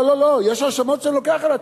לא לא לא, יש האשמות שאני לוקח על עצמי.